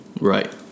Right